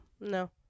no